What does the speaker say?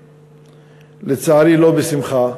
לצערי, לא בשמחה,